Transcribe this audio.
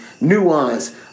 nuance